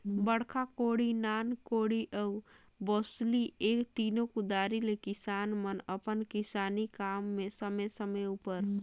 बड़खा कोड़ी, नान कोड़ी अउ बउसली ए तीनो कुदारी ले किसान मन अपन किसानी काम मे समे समे उपर